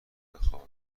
بخوابم